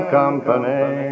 company